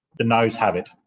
the noes have it.